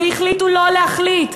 והחליטו לא להחליט.